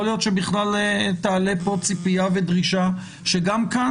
יכול להיות שבכלל תעלה פה ציפייה ודרישה שגם כאן